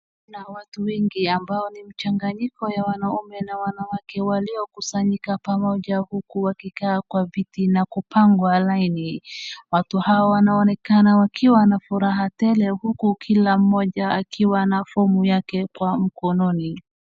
Ni watu wengi ambao ni mchanganyiko wa wanaume na wanawake waliokusanyika pamoja huku wakikaa kwa viti na kupanga laini. Watu hawa wanaonekana wakiwa wana furaha tele huku kila mmoja akiwa ana fomu yake mkononi.